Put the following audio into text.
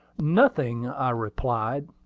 nothing, i replied.